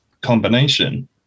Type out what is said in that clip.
combination